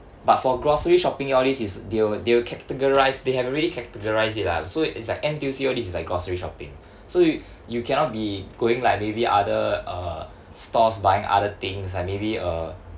but for grocery shopping all this is they'll they'll categorise they have already categorise it lah so it's like N_T_U_C all this is like grocery shopping so you you cannot be going like maybe other uh stores buying other things like maybe uh